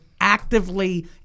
actively